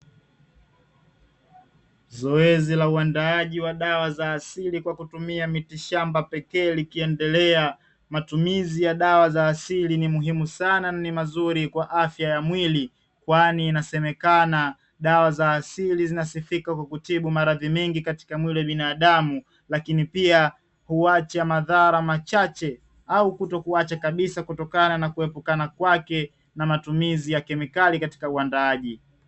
Zoezi la uandaaji wa dawa za asili kwa kutumia mitishamba pekee likiendelea. Matumizi ya dawa za asili ni muhimu sana na ni mazuri kwa afya ya mwili kwani inasemekana dawa za asili zinasifika kwa kutibu maradhi mengi katika mwili wa binadamu. Lakini pia huacha madhara machache au kutokuacha kabisa kutokana na kuepukana kwake na matumizi ya kemikali katika uandaaji.